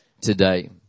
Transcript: today